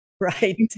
Right